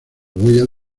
huellas